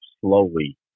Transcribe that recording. slowly